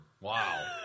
Wow